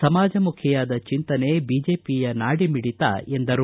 ಸಮಾಜಮುಖಿಯಾದ ಚಿಂತನೆ ಬಿಜೆಪಿಯ ನಾಡಿ ಮಿಡಿತ ಎಂದರು